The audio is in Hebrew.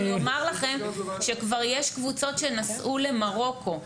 אני אומר לכם שכבר יש קבוצות שנסעו למרוקו.